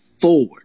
forward